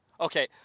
Okay